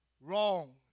wrong